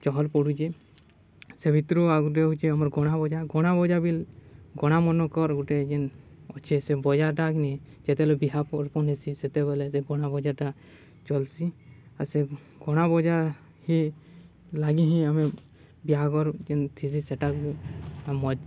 ଚହଲ୍ ପଡ଼ୁଚେ ସେ ଭିତ୍ରୁ ଆଉ ଗୁଟେ ହଉେଛେ ଆମର୍ ଗଣାବଜା ଗଣାବଜା ଗଣା ମନ୍କର୍ ଗୁଟେ ଯେନ୍ ଅଛେ ସେ ବଜାରଟାକିନି ଯେତେବେଲେ ବିହା ବର୍ପନ୍ ହେସି ସେତେବେଲେ ସେ ଗଣା ବଜାର୍ଟା ଚଲ୍ସି ଆର୍ ସେ ଗଣା ବଜା ହି ଲାଗି ହିଁ ଆମେ ବିହାଘର୍ ଯେନ୍ ଥିସି ସେଟାକୁ ମଜା